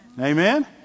Amen